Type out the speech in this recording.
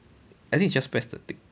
I think you just press the tick